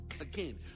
Again